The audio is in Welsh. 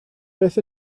beth